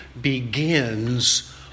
begins